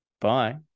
bye